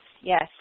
Yes